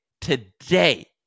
today